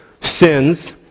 Sins